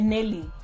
Nelly